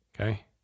Okay